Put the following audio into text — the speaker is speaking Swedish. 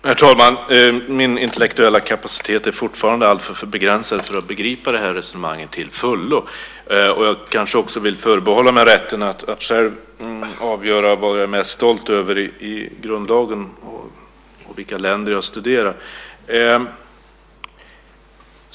Herr talman! Min intellektuella kapacitet är fortfarande alltför begränsad för att jag ska begripa det här resonemanget till fullo. Jag vill kanske också förbehålla mig rätten att själv avgöra vad jag är mest stolt över i grundlagen och vilka länder jag studerar.